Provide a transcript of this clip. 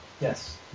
Yes